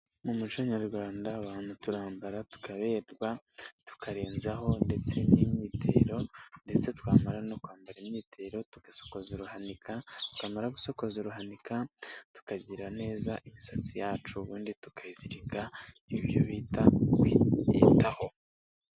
Mu muco nyarwanda abantu turambara tukaberwa tukarenzaho ndetse n'imyitero ndetse twamara no kwambara imyitero tugasokoza ruhanika, twamara gusokoza ruhanika tukagira neza imisatsi yacu, ubundi tukayizirika ibyo bita kwiyitaho.